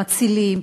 מצילים,